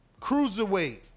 cruiserweight